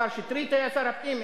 השר שטרית היה שר הפנים,